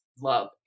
love